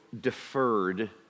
deferred